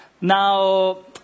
Now